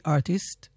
Artist